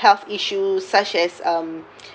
health issues such as um